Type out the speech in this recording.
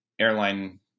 airline